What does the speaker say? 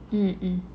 mmhmm